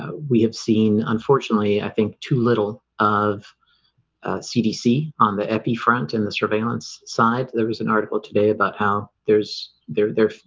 ah we have seen unfortunately i think too little of cdc on the epi front and the surveillance side. there was an article today about how there's their their